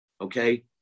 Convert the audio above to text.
okay